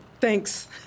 thanks